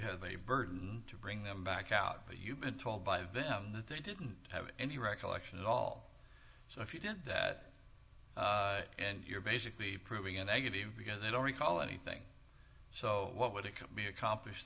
have a burden to bring them back out but you've been told by venom that they didn't have any recollection at all so if you did that and you're basically proving a negative because i don't recall anything so what would it be accomplished